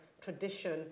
tradition